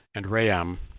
and rayam,